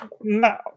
Now